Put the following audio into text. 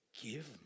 give